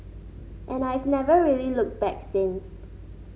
and I've never really looked back since